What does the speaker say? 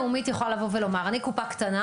לאומית יכולה לבוא ולומר: אני קופה קטנה,